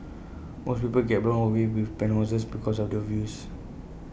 most people get blown away with penthouses because of the views